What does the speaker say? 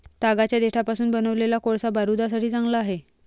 तागाच्या देठापासून बनवलेला कोळसा बारूदासाठी चांगला आहे